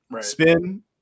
spin